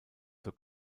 zur